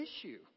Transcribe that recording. issue